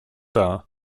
dar